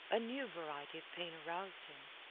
a new variety of pain aroused him.